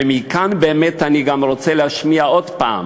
ומכאן אני באמת גם רוצה להשמיע עוד פעם